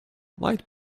light